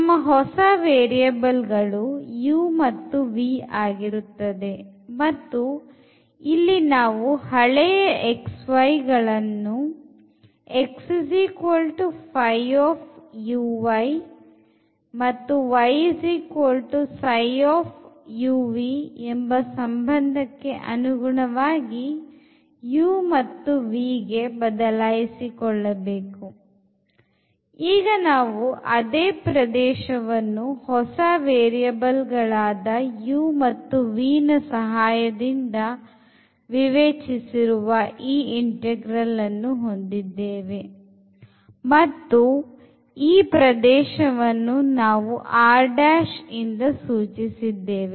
ನಮ್ಮ ಹೊಸ ವೇರಿಯಬಲ್ ಗಳು u ಮತ್ತು v ಆಗಿರುತ್ತದೆ ಮತ್ತು ಇಲ್ಲಿ ನಾವು ಹಳೆಯ x y ಗಳನ್ನು ಎಂಬ ಸಂಭಂದಕ್ಕೆ ಅನುಗುಣವಾಗಿ u ಮತ್ತು v ಗೆ ಬದಲಾಯಿಸಿಕೊಳ್ಳಬೇಕು ಈಗ ನಾವು ಅದೇ ಪ್ರದೇಶವನ್ನು ಹೊಸ ವೇರಿಯಬಲ್ ಗಳಾದ u ಮತ್ತು v ನ ಸಹಾಯದಿಂದ ವಿವೇಚಿಸಿರುವ ಈ integral ಅನ್ನು ಹೊಂದಿದ್ದೇವೆ ಮತ್ತು ಈ ಪ್ರದೇಶವನ್ನು ನಾವು Rಇಂದ ಸೂಚಿಸಿದ್ದೇವೆ